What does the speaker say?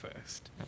first